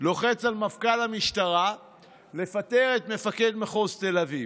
לוחץ על מפכ"ל המשטרה לפטר את מפקד מחוז תל אביב.